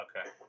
Okay